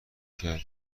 کرد